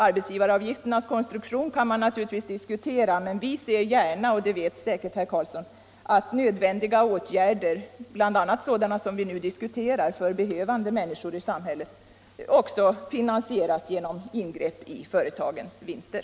Man kan naturligtvis diskutera arbetsgivaravgifternas konstruktion, men vi ser gärna — och det vet säkert herr Karlsson — att nödvändiga åtgärder, bl.a. sådana som vi nu talar om, för behövande människor i samhället också finansieras genom ingrepp i företagens vinster.